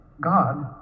God